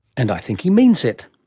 and i think he means it.